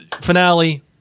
finale